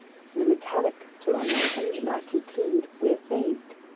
and a mechanic to run that engine, i conclude we're saved.